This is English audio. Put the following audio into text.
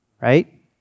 right